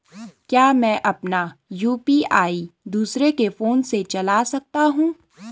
क्या मैं अपना यु.पी.आई दूसरे के फोन से चला सकता हूँ?